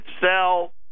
sell